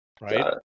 Right